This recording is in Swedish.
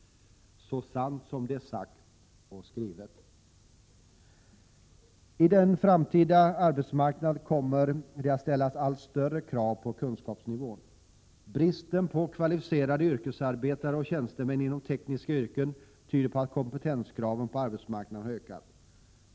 Så sant som det är sagt och skrivet. I en framtida arbetsmarknad kommer det att ställas allt större krav på kunskapsnivån. Bristen på kvalificerade yrkesarbetare och tjänstemän inom tekniska yrken tyder på att kompetenskraven på arbetsmarknaden har ökat.